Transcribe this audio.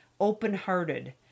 open-hearted